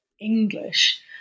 English